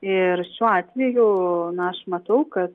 ir šiuo atveju na aš matau ka